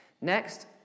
Next